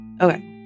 Okay